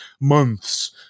months